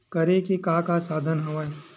करे के का का साधन हवय?